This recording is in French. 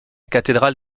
cathédrale